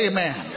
Amen